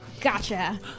Gotcha